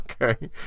Okay